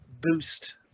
boost